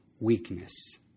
weakness